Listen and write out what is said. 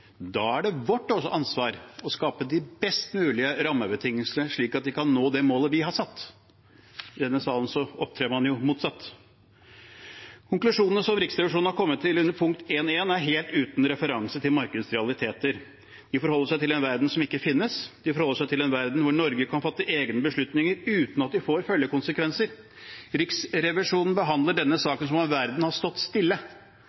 Da er det vårt ansvar å skape de best mulige rammebetingelsene, slik at de kan nå det målet vi har satt. I denne salen opptrer man jo motsatt. Konklusjonene som Riksrevisjonen har kommet til under punkt 1.1, er helt uten referanse til markedets realiteter. De forholder seg til en verden som ikke finnes. De forholder seg til en verden hvor Norge kan fatte egne beslutninger uten at de får følgekonsekvenser. Riksrevisjonen behandler denne saken som om verden har stått stille.